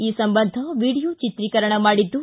ಈ ಸಂಬಂಧ ವಿಡಿಯೋ ಚಿತ್ರೀಕರಣ ಮಾಡಿದ್ದು